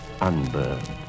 unburned